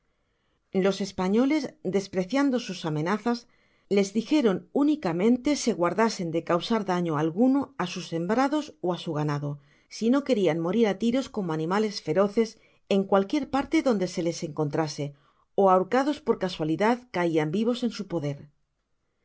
los españoles despreciando sus amenazas les dijeron únicamente se guardasen de causar daño alguno á sus sembrados ó á su ganado si no querian morir á tiros como animales feroces en cualquier parte donde se les encontrase ó ahorcados por casualidad caian vivos en su poder